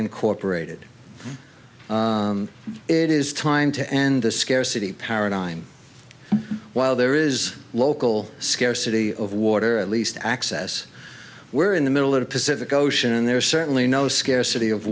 incorporated it is time to end the scarcity paradigm while there is local scarcity of water or at least access where in the middle of the pacific ocean there is certainly no scarcity of